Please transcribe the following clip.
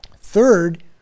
Third